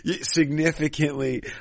significantly